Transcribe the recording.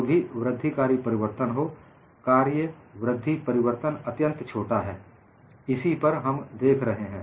जो भी वृद्धिकारी परिवर्तन हो वृद्धि कार्य परिवर्तन अत्यंत छोटा है इसी पर हम देख रहे हैं